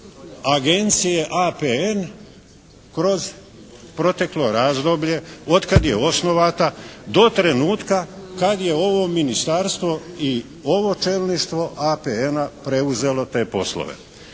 Agencije APN kroz proteklo razdoblje od kad je osnovata do trenutka kad je ovo ministarstvo i ovo čelništvo APN-a preuzelo te poslove.